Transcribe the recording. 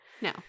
no